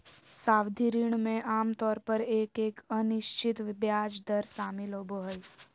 सावधि ऋण में आमतौर पर एक अनिश्चित ब्याज दर शामिल होबो हइ